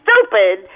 stupid